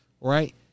right